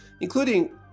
including